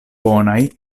bonaj